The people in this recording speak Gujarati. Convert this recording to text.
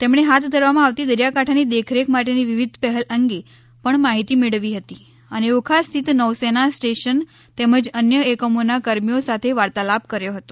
તેમણે હાથ ધરવામાં આવતી દરિયાકાંઠાની દેખરેખ માટેની વિવિધ પહેલ અંગે પણ માહિતી મેળવી હતી અને ઓખા સ્થિત નૌસેના સ્ટેશન તેમજ અન્ય એકમોના કર્મીઓ સાથે વાર્તાલાપ કર્યો હતો